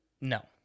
No